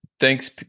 Thanks